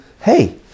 Hey